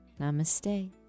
namaste